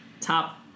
Top